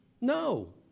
No